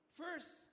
first